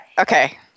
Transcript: Okay